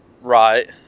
right